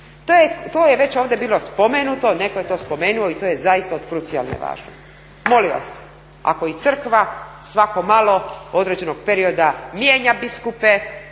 To je već ovdje bilo spomenuto, netko je to spomenuo i to je zaista od krucijalne važnosti. Molim vas, ako i crkva svako malo određenog perioda mijenja biskupe,